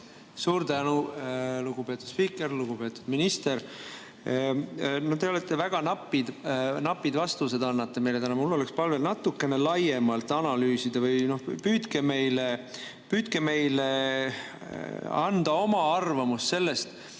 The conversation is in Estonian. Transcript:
Suur tänu, lugupeetud spiiker! Lugupeetud minister! No te väga napid vastused annate meile täna. Mul on palve natukene laiemalt analüüsida või püüdke meile teada anda oma arvamus sellest,